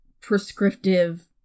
prescriptive